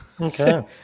okay